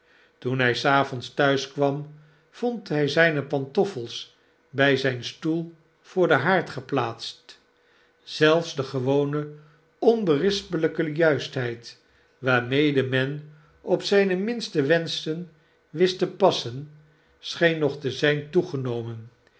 toen hij s avonds thuis kwam vond hy zjjne pantoffels by zfln stoel voor den haard geplaatst zelfs de gewone onberispelpejuistheid waarmede men op zijne minste wenschen wist te passen scheen nog te zyn toegenomen